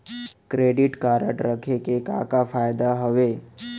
Credit card रखे के का का फायदा हवे?